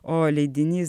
o leidinys